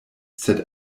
sed